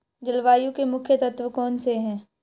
जलवायु के मुख्य तत्व कौनसे हैं?